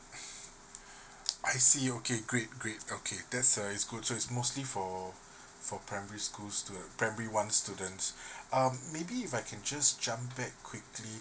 I see okay great great okay that's a is good so is mostly for for primary schools to primary one students um maybe if I can just jump back quickly